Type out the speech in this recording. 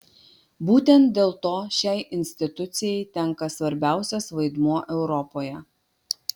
būtent dėl to šiai institucijai tenka svarbiausias vaidmuo europoje